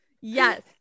Yes